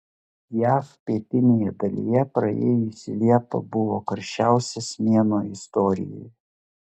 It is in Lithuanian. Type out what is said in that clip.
jav pietinėje dalyje praėjusi liepa buvo karščiausias mėnuo istorijoje